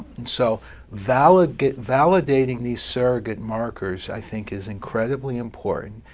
and so validating validating these surrogate markers, i think, is incredibly important.